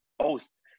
host